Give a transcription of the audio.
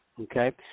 Okay